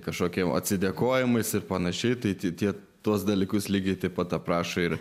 kažkokia atsidėkojimas ir pan tai tik tie tuos dalykus lygiai taip pat aprašo ir